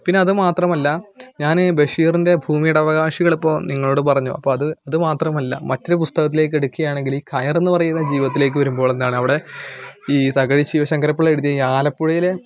പിന്നതുമാത്രമല്ല ഞാന് ബഷീറിൻ്റെ ഭൂമിയുടെ അവകാശികളിപ്പോൾ നിങ്ങളോട് പറഞ്ഞു അപ്പോൾ അത് അത് മാത്രമല്ല മറ്റൊരു പുസ്തകത്തിലേക്ക് എടുക്കുകയാണെങ്കില് കയർ എന്ന് പറയുന്ന ജീവിതത്തിലേക്ക് വരുമ്പോൾ എന്താണ് അവിടെ ഈ തകഴി ശങ്കരപ്പിള്ള എഴുതിയ ഈ ആലപ്പുഴയിലെ